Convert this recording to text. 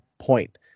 point